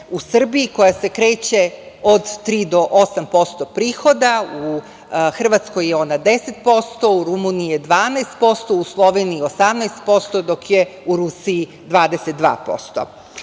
u Srbiji koja se kreće od 3% do 8% prihoda, u Hrvatskoj je na 10%, u Rumuniji je 12%, u Sloveniji 18%, dok je u Rusiji